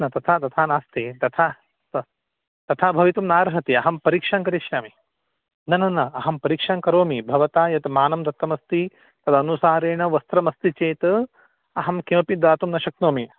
न तथा तथा नास्ति तथा न् तथा भवितुं नार्हति अहं परीक्षां करिष्यामि न न न अहं परीक्षां करोमि भवतः यत् मानं दत्तमस्ति तदनुसारेण वस्त्रम् अस्ति चेत् अहं किमपि दातुं न शक्नोमि